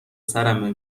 سرمه